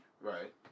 Right